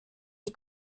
die